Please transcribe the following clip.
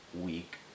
week